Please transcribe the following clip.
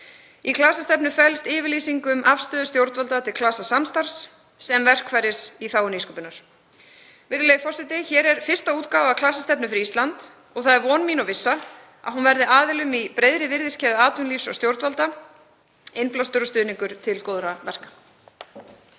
Í klasastefnu felst yfirlýsing um afstöðu stjórnvalda til klasasamstarfs sem verkfæris í þágu nýsköpunar. Virðulegi forseti. Hér er fyrsta útgáfa klasastefnu fyrir Ísland og það er von mín og vissa að hún verði aðilum í breiðri virðiskeðju atvinnulífs og stjórnvalda innblástur og stuðningur til góðra verka.